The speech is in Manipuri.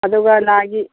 ꯑꯗꯨꯒ ꯂꯥꯏꯒꯤ